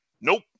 Nope